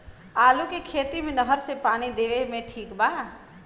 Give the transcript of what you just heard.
आलू के खेती मे नहर से पानी देवे मे ठीक बा?